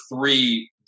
three